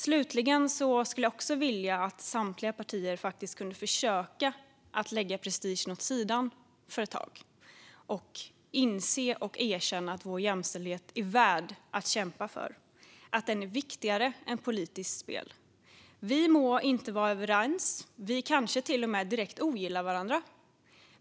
Slutligen skulle jag vilja att samtliga partier faktiskt försökte lägga prestigen åt sidan för ett tag och inse och erkänna att vår jämställdhet är värd att kämpa för - att den är viktigare än politiskt spel. Vi må inte vara överens, och vi kanske till och med direkt ogillar varandra.